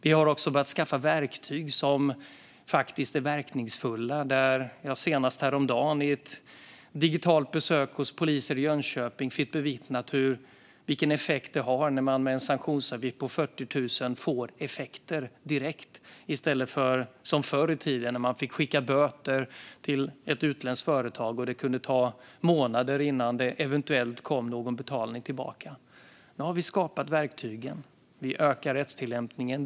Vi har också börjat skaffa verktyg som faktiskt är verkningsfulla. Senast häromdagen fick jag vid ett digitalt besök hos polisen i Jönköping bevittna hur man med en sanktionsavgift på 40 000 kronor får effekter direkt, till skillnad från förr i tiden när man fick skicka böter till ett utländskt företag och det kunde ta månader innan det eventuellt kom någon betalning tillbaka. Nu har vi skapat verktygen. Vi ökar rättstillämpningen.